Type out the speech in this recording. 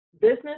business